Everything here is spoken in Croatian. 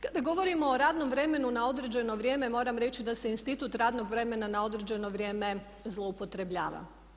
Kada govorimo o radnom vremenu na određeno vrijeme, moram reći da se institut radnog vremena na određeno vrijeme zloupotrebljava.